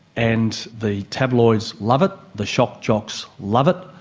and the tabloids love it, the shock jocks love it,